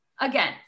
Again